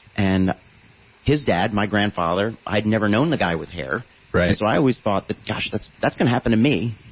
and his dad, my grandfather, i had never known the guy with hair so i always thought that, gosh, that's that's going to happen to me.